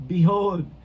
Behold